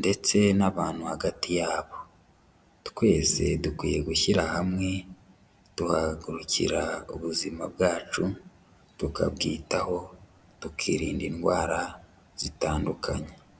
ndetse n'abantu hagati yabo, twese dukwiye gushyira hamwe tuhagurukira ubuzima bwacu, tukabwitaho, tukirinda indwara zitandukanye.